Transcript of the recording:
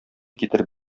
китереп